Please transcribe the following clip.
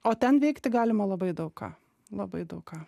o ten veikti galima labai daug ką labai daug ką